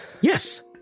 Yes